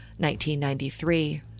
1993